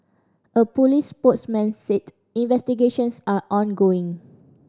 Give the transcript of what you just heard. a police spokesman said investigations are ongoing